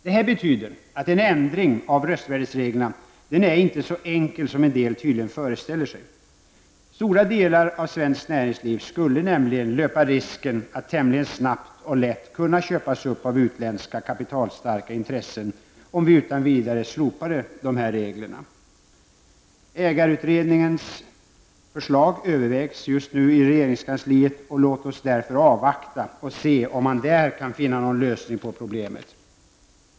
Det betyder att en ändring av röstvärdesreglerna inte är så enkel som en del tydligen föreställer sig. Stora delar av svenskt näringsliv skulle nämligen löpa risken att tämligen snabbt och lätt köpas upp av utländska kapitalstarka intressen om vi utan vidare slopade dessa regler. Ägarutredningens förslag övervägs just nu i regeringskansliet. Låt oss därför avvakta och se om man där kan finna någon lösning på problemet.